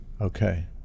Okay